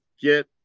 get